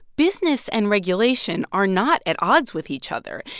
business and regulation are not at odds with each other.